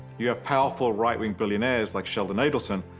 you have powerful right-wing billionaires like sheldon adelson,